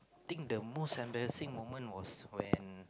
think the most embarrassing moment was when